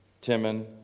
Timon